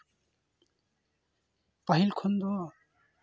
ᱯᱟᱹᱦᱤᱞ ᱠᱷᱚᱱ ᱫᱚ